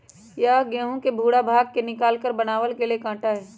यह गेहूं के भूरा भाग के निकालकर बनावल गैल एक आटा हई